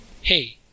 hey